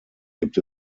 gibt